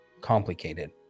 complicated